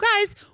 guys